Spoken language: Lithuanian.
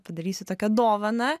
padarysiu tokią dovaną